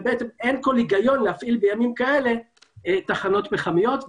אין כל היגיון להפעיל בימים כאלה תחנות פחמיות.